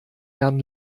herrn